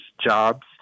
jobs